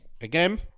Again